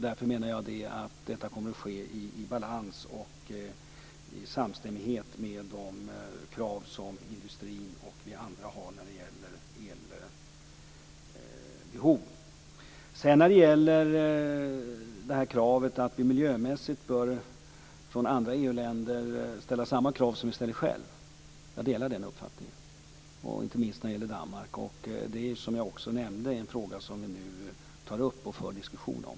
Därför menar jag att detta kommer att ske i balans och samstämmighet med de krav som industrin och vi andra har när det gäller elbehov. När det gäller kravet att vi miljömässigt bör ställa samma krav på andra EU-länder som på oss själva delar jag den uppfattningen, inte minst när det gäller Danmark. Det är, som jag också nämnde, en fråga som vi nu tar upp och för diskussion om.